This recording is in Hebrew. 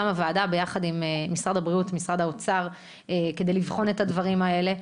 גם הוועדה ביחד עם משרד הבריאות ומשרד האוצר כדי לבחון את הדברים האלה,